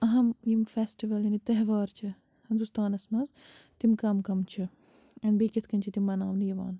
أہم یِم فیٚسٹِول یعنی تہوار چھِ ہنٛدوستانَس منٛز تِم کَم کَم چھِ بیٚیہِ کِتھ کٔنۍ چھِ تِم مناونہٕ یِوان